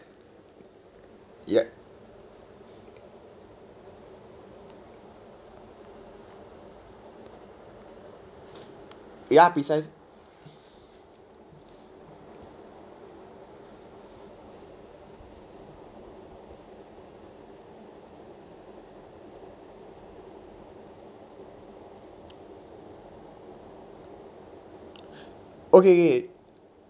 ya ya precise okay okay